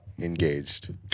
engaged